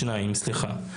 שניים, סליחה.